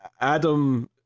Adam